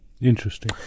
interesting